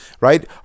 right